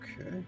Okay